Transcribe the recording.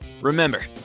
remember